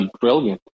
brilliant